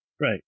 right